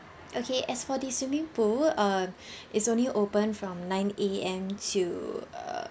okay as for the swimming pool err it's only open from nine A_M to err